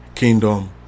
Kingdom